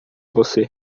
você